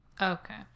Okay